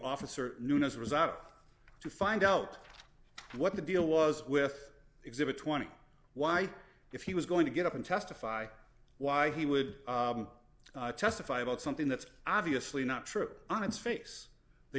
officer noon as a result to find out what the deal was with exhibit twenty why if he was going to get up and testify why he would testify about something that's obviously not true on its face they